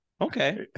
Okay